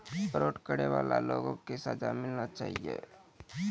fraud करै बाला लोगो के सजा मिलना चाहियो